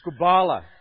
Skubala